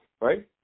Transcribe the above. right